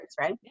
right